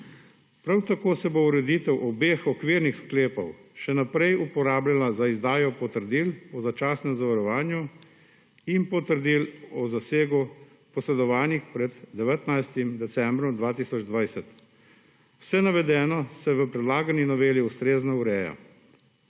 Prav tako se bo ureditev obeh okvirnih sklepov še naprej uporabljala za izdajo potrdil o začasnem zavarovanju in potrdil o zasegu, posredovanih pred 19. decembrom 2020. Vse navedeno se v predlagani noveli ustrezno ureja.